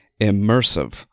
Immersive